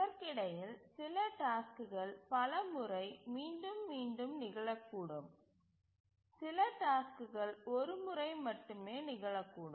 இதற்கிடையில் சில டாஸ்க்குகள் பல முறை மீண்டும் மீண்டும் நிகழக்கூடும் சில டாஸ்க்குகள் ஒரு முறை மட்டுமே நிகழக்கூடும்